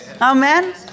Amen